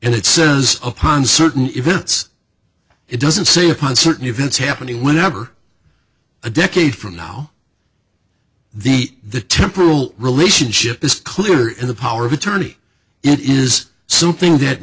and it says upon certain events it doesn't say upon certain events happening whenever a decade from now the the temporal relationship is clear in the power of attorney it is something that